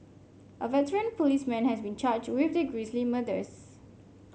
a veteran policeman has been charged with the grisly murders